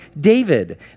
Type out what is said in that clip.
David